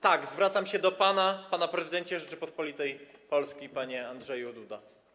Tak, zwracam się do pana, panie prezydencie Rzeczypospolitej Polskiej Andrzeju Duda.